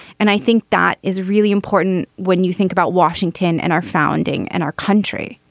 and i think that is really important when you think about washington and our founding and our country,